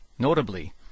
Notably